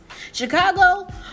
Chicago